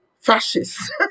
fascists